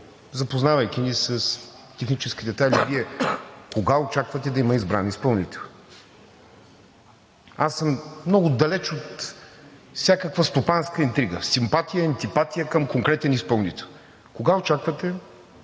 запознавайки ни с техническите детайли, Вие кога очаквате да има избран изпълнител? Аз съм много далече от всякаква стопанска интрига, симпатия, антипатия към конкретен изпълнител. Кога очаквате